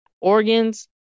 organs